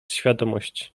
świadomość